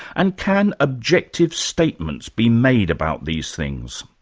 and can objective statements be made about these things?